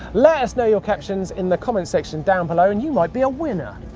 let us know your captions in the comment section down below, and you might be a winner.